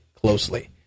closely